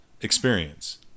experience